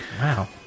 Wow